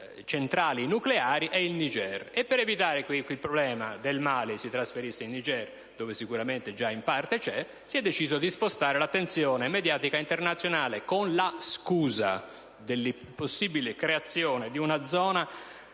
Per evitare che il problema del Mali si trasferisse in Niger, dove sicuramente in parte già è presente, si è deciso di spostare l'attenzione mediatica internazionale con la scusa dell'impossibile creazione di una zona